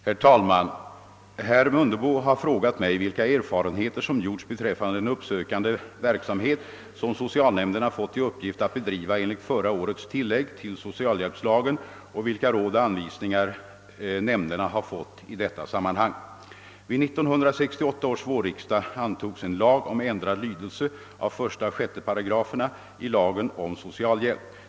Herr talman! Herr Mundebo har frågat mig vilka erfarenheter som gjorts beträffande den uppsökande verksamhet som socialnämnderna fått i uppgift att bedriva enligt förra årets tillägg till socialhjälpslagen och vilka råd och anvisningar nämnderna har fått i detta sammanhang. ragraferna i lagen om socialhjälp.